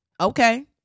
okay